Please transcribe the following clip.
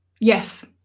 Yes